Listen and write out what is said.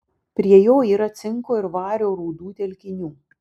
prie jo yra cinko ir vario rūdų telkinių